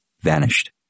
vanished